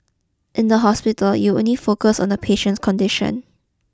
in the hospital you only focus on the patient's condition